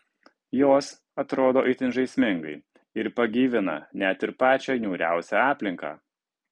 jos atrodo itin žaismingai ir pagyvina net ir pačią niūriausią aplinką